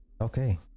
Okay